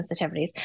sensitivities